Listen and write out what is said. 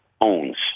owns